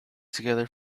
together